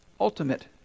ultimate